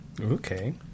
Okay